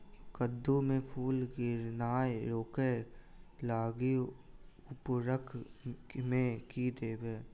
कद्दू मे फूल गिरनाय रोकय लागि उर्वरक मे की देबै?